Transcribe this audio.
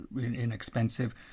inexpensive